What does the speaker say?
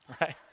Right